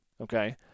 okay